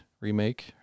remake